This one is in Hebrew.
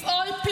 לפחות.